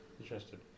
interested